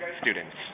students